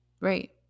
Right